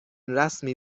رسمی